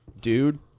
dude